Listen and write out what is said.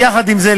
יחד עם זה,